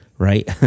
Right